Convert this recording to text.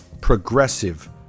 progressive